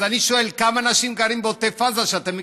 אז אני שואל: כמה אנשים גרים בעוטף עזה שאתם מכירים,